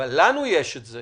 לנו יש את זה